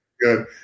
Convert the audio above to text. good